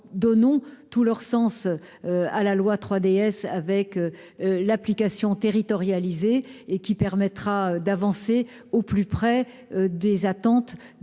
donnons tout son sens à la loi 3DS, avec une application territorialisée, qui permettra d'avancer au plus près des attentes des